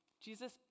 Jesus